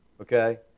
okay